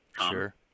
Sure